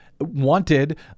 wanted